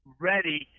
ready